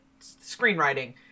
screenwriting